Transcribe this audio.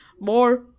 more